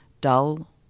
dull